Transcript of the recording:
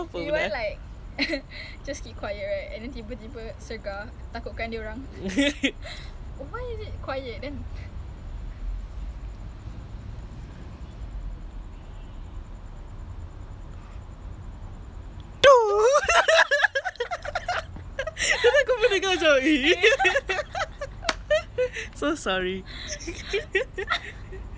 tu so sorry what are they thinking mana tahu kasi duit lagi lebih kan we don't know